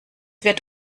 wird